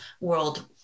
world